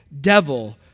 devil